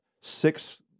six